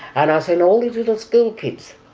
and i seen all these little school kids,